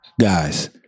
Guys